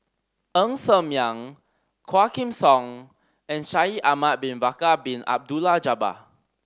Ng Ser Miang Quah Kim Song and Shaikh Ahmad Bin Bakar Bin Abdullah Jabbar